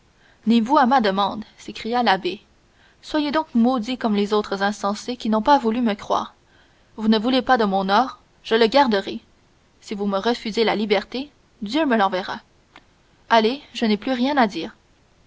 vous à ma demande s'écria l'abbé soyez donc maudit comme les autres insensés qui n'ont pas voulu me croire vous ne voulez pas de mon or je le garderai vous me refusez la liberté dieu me l'enverra allez je n'ai plus rien à dire